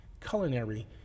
culinary